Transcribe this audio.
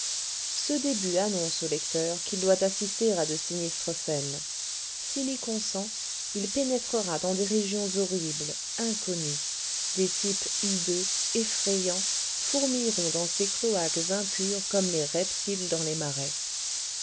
ce début annonce au lecteur qu'il doit assister à de sinistres scènes s'il y consent il pénétrera dans des régions horribles inconnues des types hideux effrayants fourmilleront dans ces cloaques impurs comme les reptiles dans les marais